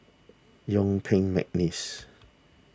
Yuen Peng McNeice